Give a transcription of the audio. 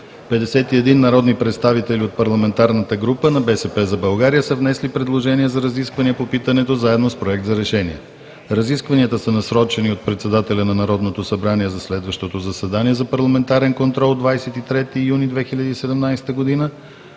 51 народни представители от парламентарната група на „БСП за България“ са внесли предложение за разисквания по питането заедно с Проект за решение. Разискванията са насрочени от председателя на Народното събрание за следващото заседание за парламентарен контрол – 23 юни 2017 г.,